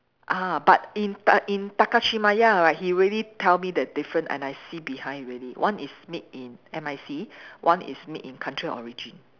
ah but in but in Takashimaya right he really tell me the different and I see behind really one is made in M_I_C one is made in country of origin